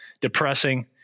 depressing